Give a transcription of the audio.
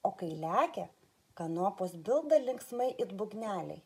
o kai lekia kanopos bilda linksmai it būgneliai